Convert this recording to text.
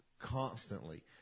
constantly